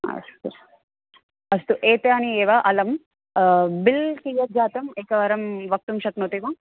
अस्तु एतानि एव अलं बिल् कियज्जातम् एकवारं वक्तुं शक्नोति वा